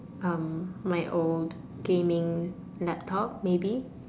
um my old gaming laptop maybe